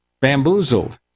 bamboozled